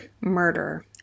murder